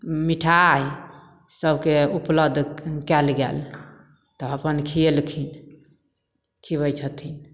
मिठाइ सबके उपलब्ध कएल गेल तऽ अपन खिएलखिन खिबै छथिन